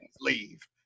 leave